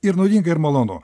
ir naudinga ir malonu